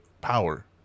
power